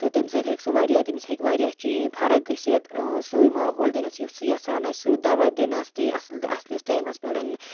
تہٕ تمہِ سۭتۍ ہیکہِ سُہ واریاہ تٔمِس ہیکہِ واریاہ چیٚنج فَرق گٔژھِتھ سُے ماحول دِنَس یُس سُہ یَژھان آسہِ سُہ دَوا دِنَس اصل اصلِس ٹایمَس پٮ۪ٹھ